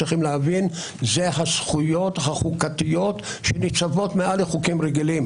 צריך להבין שאלה הזכויות החוקתיות שניצבות מעל לחוקים רגילים,